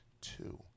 Two